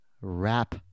Rap